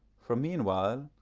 for meanwhile,